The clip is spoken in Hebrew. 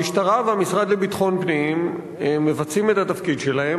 המשטרה והמשרד לביטחון פנים מבצעים את התפקיד שלהם.